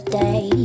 day